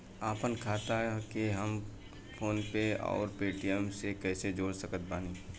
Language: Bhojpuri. आपनखाता के हम फोनपे आउर पेटीएम से कैसे जोड़ सकत बानी?